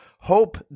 Hope